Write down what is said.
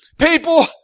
People